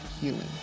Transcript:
human